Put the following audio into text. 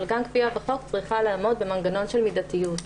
אבל גם קביעה בחוק צריכה לעמוד במנגנון של מידתיות.